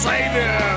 Savior